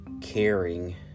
caring